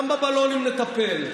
גם בבלונים נטפל.